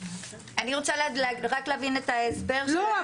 אני רוצה רק להבין את ההסבר --- לא,